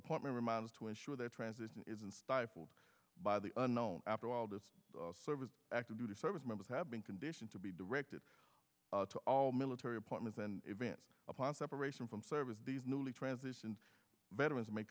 a partner miles to ensure their transition isn't stifled by the unknown after all the service active duty service members have been conditioned to be directed to all military appointments and event upon separation from service these newly transitioned veterans may